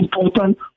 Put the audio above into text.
important